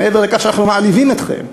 מעבר לכך שאנחנו מעליבים אתכם?